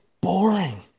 boring